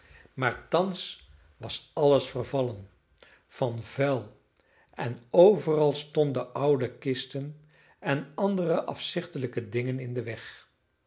maar thans was alles vervallen van vuil en overal stonden oude kisten en andere afzichtelijke dingen in den weg